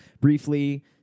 briefly